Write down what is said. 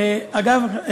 אגב,